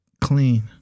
clean